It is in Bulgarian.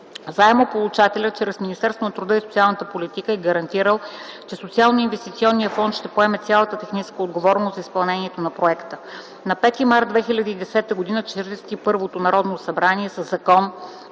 Заемополучателят, чрез Министерството на труда и социалната политика е гарантирал, че Социално-инвестиционния фонд ще поеме цялата техническа отговорност за изпълнението на проекта. На 5 март 2010 г. Четиридесет и първото Народно събрание със закон